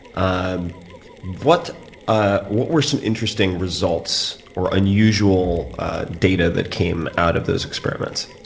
um what ah what were some interesting results or unusual data that came out of those experiments?